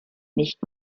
nicht